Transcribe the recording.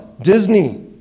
Disney